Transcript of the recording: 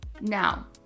now